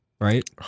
right